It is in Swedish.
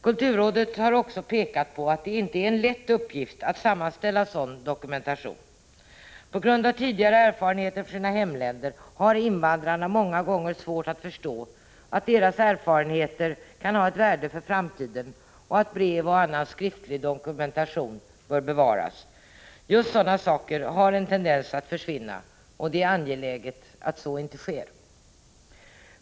Kulturrådet har också pekat på att det inte är en lätt uppgift att sammanställa sådan dokumentation. På grund av tidigare erfarenheter från sina hemländer har invandrarna många gånger svårt att förstå att deras erfarenheter kan ha ett värde för framtiden och att brev och annan skriftlig dokumentation bör bevaras. Just sådana saker har en tendens att försvinna, och det är angeläget att så inte sker.